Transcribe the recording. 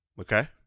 Okay